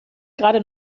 gerade